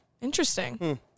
Interesting